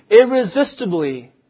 irresistibly